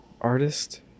artist